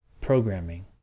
programming